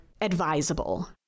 advisable